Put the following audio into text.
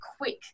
quick